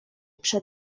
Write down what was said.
przed